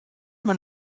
man